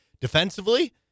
defensively